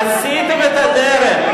היא, עשיתם את הדרך.